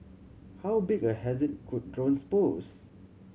how big a hazard could drones pose